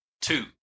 two